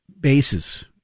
bases